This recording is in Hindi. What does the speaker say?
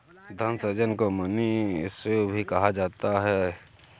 धन सृजन को मनी इश्यू भी कहा जाता है